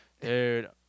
Dude